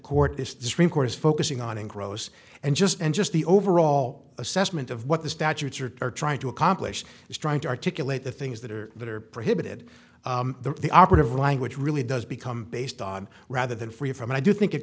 of course focusing on in gross and just and just the overall assessment of what the statutes are trying to accomplish is trying to articulate the things that are that are prohibited the operative language really does become based on rather than free from i do think it